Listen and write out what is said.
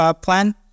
plan